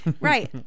Right